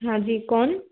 हाँ जी कौन